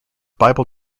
bible